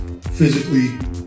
physically